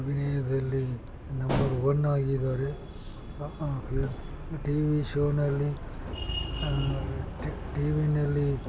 ಅಭಿನಯದಲ್ಲಿ number one ಆಗಿದ್ದಾರೆ okay TV ಶೋನಲ್ಲಿ ಟಿವಿಯಲ್ಲಿ